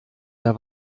der